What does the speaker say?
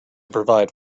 provide